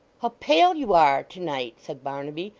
how pale you are to-night said barnaby,